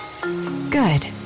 Good